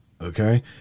Okay